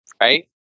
Right